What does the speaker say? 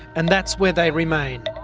and that's where they remain.